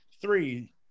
three